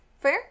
Fair